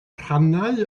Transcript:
rhannau